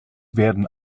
werden